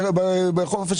בהלכה,